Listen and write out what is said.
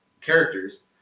characters